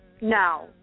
No